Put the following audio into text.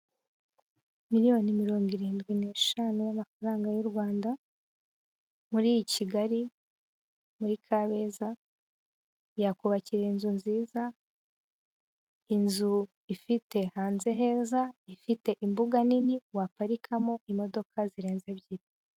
Miliyoni mirongo irindwi n'eshanu y'amafaranga y'u Rwanda muri iyi Kigali muri Kabeza, yakubakira inzu nziza inzu ifite hanze heza ifite imbuga nini waparikamo imodoka zirenze ebyiri.